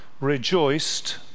rejoiced